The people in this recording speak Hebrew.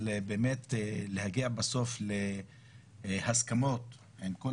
אבל באמת להגיע בסוף להסכמות עם כל